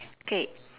K